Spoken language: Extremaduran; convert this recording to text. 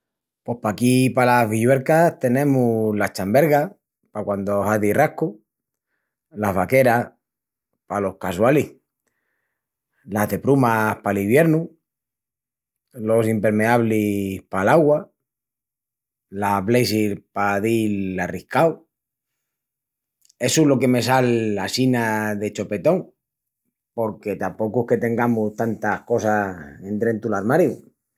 Pos paquí palas Villuercas tenemus las chambergas, pa quandu hazi rascu, las vaqueras palos casualis, las de prumas pal iviernu, los impermeablis pal augua, las blazers pa dil arriscau,… Essu es lo que me sal assina de chopetón porque tapocu es que tengamus tantas cosas endrentu'l armariu.